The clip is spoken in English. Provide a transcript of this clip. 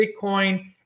Bitcoin